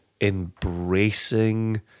embracing